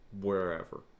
Wherever